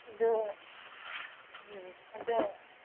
ꯑꯗꯨ ꯎꯝ ꯑꯗꯨ